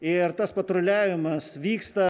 ir tas patruliavimas vyksta